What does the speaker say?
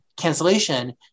cancellation